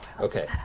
Okay